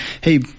hey